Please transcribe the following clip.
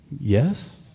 Yes